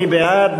מי בעד?